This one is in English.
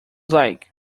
like